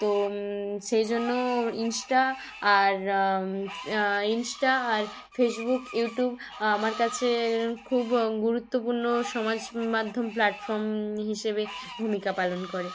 তো সেই জন্য ইন্সটা আর ইন্সটা আর ফেসবুক ইউটিউব আমার কাছে খুব গুরুত্বপূর্ণ সমাজ মাধ্যম প্ল্যাটফর্ম হিসেবে ভূমিকা পালন করে